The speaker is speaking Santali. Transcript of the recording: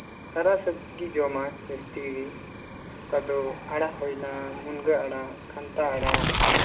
ᱦᱟᱨᱟ ᱥᱚᱵᱽᱡᱤ ᱜᱮ ᱡᱚᱢᱟᱭ ᱡᱟᱹᱥᱛᱤ ᱚᱠᱟ ᱫᱚ ᱟᱲᱟᱜ ᱦᱩᱭᱱᱟ ᱢᱩᱱᱜᱟᱹ ᱟᱲᱟᱜ ᱠᱷᱟᱱᱛᱷᱟ ᱟᱲᱟᱜ